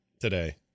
today